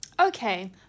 Okay